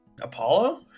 Apollo